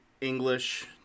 English